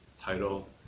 title